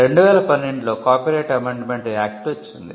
2012 లో copyright amendment Act వచ్చింది